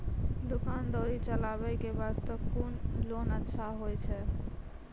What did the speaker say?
दुकान दौरी चलाबे के बास्ते कुन लोन अच्छा होय छै?